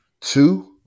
two